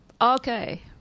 Okay